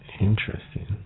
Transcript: Interesting